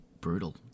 brutal